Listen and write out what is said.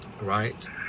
Right